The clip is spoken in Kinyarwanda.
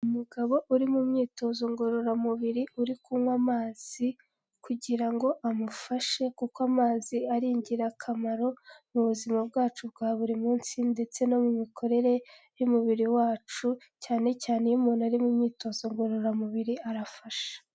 Umugabo uri mu myitozo ngororamubiri uri kunywa amazi kugira ngo amufashe kuko amazi ari ingirakamaro mu buzima bwacu bwa buri munsi ndetse no mu mikorere y'umubiri wacu cyane cyane iyo umuntu ari mu myitozo ngororamubiri arafasha.